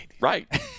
Right